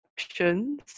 options